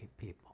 people